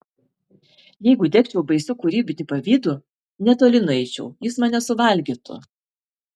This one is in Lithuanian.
jeigu degčiau baisiu kūrybiniu pavydu netoli nueičiau jis mane suvalgytų